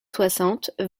soixante